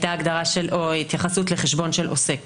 היתה הגדרה או התייחסות לחשבון של עוסק